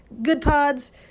GoodPods